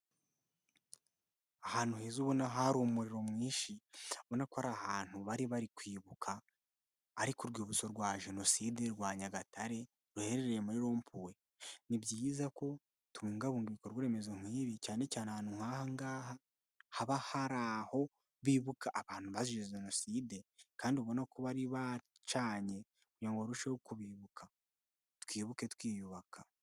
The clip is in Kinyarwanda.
Ahantu heza ubona hari umuriro mwinshi ubona ko ari ahantu bari bari kwibuka ariko ku urwibutso rwa jenoside rwa Nyagatare, ruherereye muri rompuwe. Ni byiza ko tubungabunga ibikorwa remezo nk'ibi, cyane cyane ahantu nk'aha, haba hari aho bibuka abantu bazize jenoside kandi ubona ko bari bacanye kugirango barusheho kubibuka. Twibuke twiyubaka.